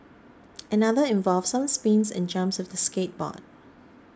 another involved some spins and jumps with the skateboard